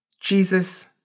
Jesus